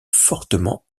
fortement